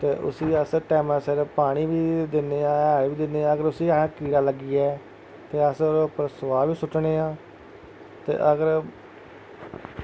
ते उस्सी अस टैमें सिर पानी बी दिन्ने आं हैल बी दिन्ने आं अगर उस्सी अहें कीड़ा लग्गी जा ते अस ओह्दे पर सोआह् बी सुट्टने आं ते अगर